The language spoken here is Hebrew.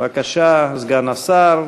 בבקשה, סגן השר.